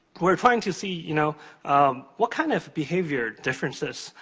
we're trying to see you know um what kind of behavior differences,